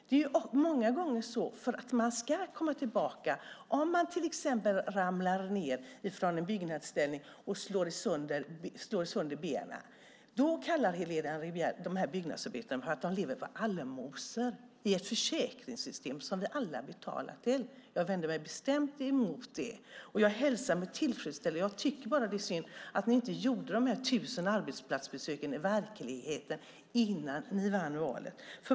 Om en byggnadsarbetare till exempel ramlar ned från en byggnadsställning och slår sönder benen anser Helena Rivière att byggnadsarbetaren lever på allmosor. Men detta är ett försäkringssystem som vi alla betalar till. Jag vänder mig bestämt mot detta synsätt. Jag tycker bara att det är synd att ni inte gjorde dessa 1 000 arbetsplatsbesök i verkligheten innan ni vann valet.